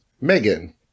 Megan